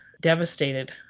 devastated